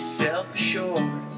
self-assured